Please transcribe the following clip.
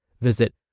Visit